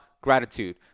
gratitude